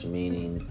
meaning